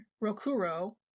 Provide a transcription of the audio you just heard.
Rokuro